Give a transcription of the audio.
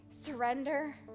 surrender